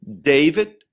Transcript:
David